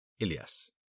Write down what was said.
Ilias